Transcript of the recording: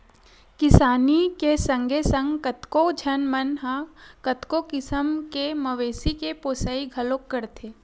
किसानी के संगे संग कतको झन मन ह कतको किसम के मवेशी के पोसई घलोक करथे